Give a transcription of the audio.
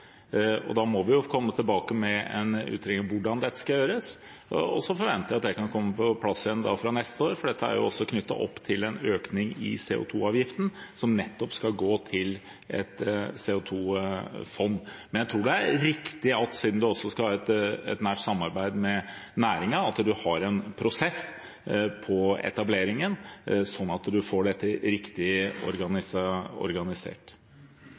opphold? Da må vi få komme tilbake med en ytring om hvordan dette skal gjøres. Så forventer jeg at det kan komme på plass fra neste år, for dette er også knyttet opp til en økning i CO 2 -avgiften, som nettopp skal gå til et CO 2 -fond. Men jeg tror det er riktig, siden det også skal være et nært samarbeid med næringen, at man har en prosess for etableringen, slik at man får dette riktig organisert.